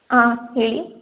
ಆಂ ಹೇಳಿ